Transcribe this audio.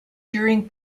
during